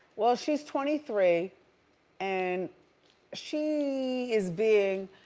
well she's twenty three and she is being